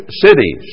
cities